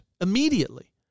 immediately